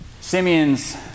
Simeon's